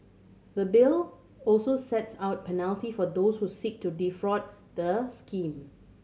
the Bill also sets out penalty for those who seek to defraud the scheme